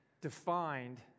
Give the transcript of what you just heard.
defined